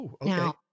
Now